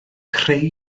creu